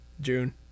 June